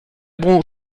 bon